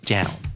Down